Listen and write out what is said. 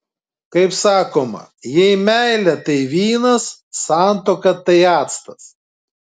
kaip sakoma jei meilė tai vynas santuoka tai actas